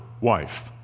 wife